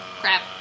Crap